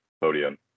podium